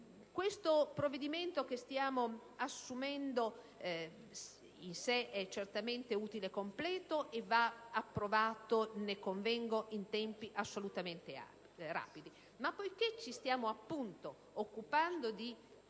Il provvedimento che stiamo discutendo è certamente utile, completo e va approvato - ne convengo - in tempi assolutamente rapidi, ma poiché ci stiamo occupando di